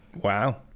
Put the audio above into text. Wow